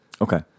Okay